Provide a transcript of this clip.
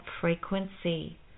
frequency